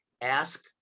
ask